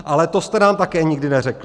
Ale to jste nám tady nikdy neřekli.